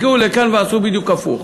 הגיעו לכאן, ועשו בדיוק הפוך.